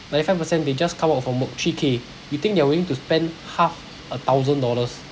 ninety five percent they just come out from work three K you think they are willing to spend half a thousand dollars